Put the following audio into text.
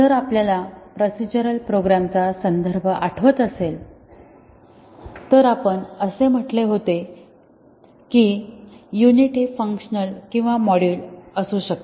जर आपल्याला procedural program चा संदर्भ आठवत असेल तर आपण असे म्हटले होते की युनिट हे फंक्शन किंवा मॉड्यूल असू शकते